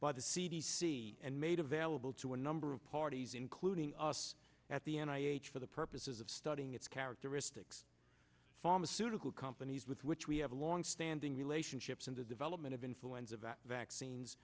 by the c d c and made available to a number of parties including us at the end i h for the purposes of studying its characteristics pharmaceutical companies with which we have long standing relationships in the development of influenza vaccines